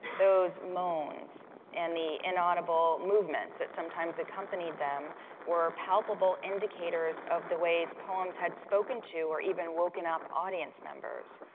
those moans and the inaudible movements that sometimes accompanied them or palpable indicators of the ways poems had spoken to or even woken up audience members.